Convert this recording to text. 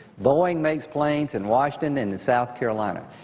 boeing makes planes in washington and south carolina.